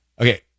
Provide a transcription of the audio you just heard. Okay